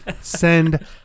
Send